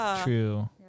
true